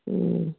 ꯎꯝ